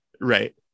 Right